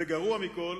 וגרוע מכול,